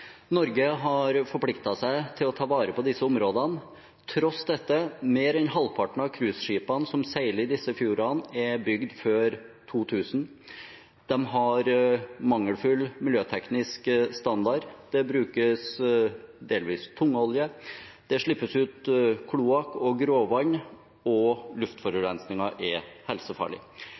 Norge har forpliktet seg til å ta vare på disse områdene. Tross dette: Mer enn halvparten av cruiseskipene som seiler i disse fjordene, er bygget før 2000 og har mangelfull miljøteknisk standard. Bruk av tungolje skjer. Utslipp av kloakk og gråvann skjer også. Luftforurensningen er helsefarlig.